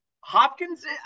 Hopkins